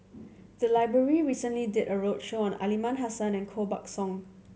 the library recently did a roadshow on Aliman Hassan and Koh Buck Song